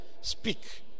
Speak